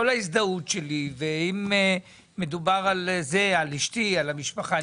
ההזדהות שלי ואם מדובר על אשתי והמשפחה,